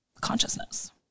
consciousness